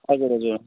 हजुर हजुर